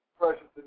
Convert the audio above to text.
Precious